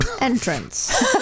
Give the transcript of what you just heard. Entrance